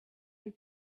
and